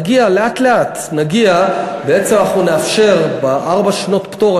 לאט-לאט נאפשר בארבע שנות הפטור,